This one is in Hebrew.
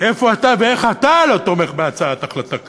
איפה אתה ואיך אתה לא תומך בהצעת החלטה כזאת?